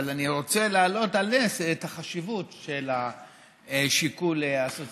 אבל אני רוצה להעלות על נס את החשיבות של השיקול הסוציאלי,